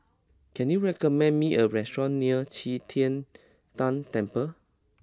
can you recommend me a restaurant near Qi Tian Tan Temple